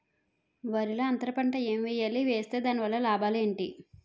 వరిలో అంతర పంట ఎం వేయాలి? వేస్తే దాని వల్ల లాభాలు ఏంటి?